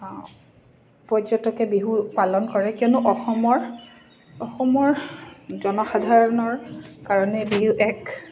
পৰ্যটকে বিহু পালন কৰে কিয়নো অসমৰ অসমৰ জনসাধাৰণৰ কাৰণে বিহু এক